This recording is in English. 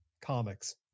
comics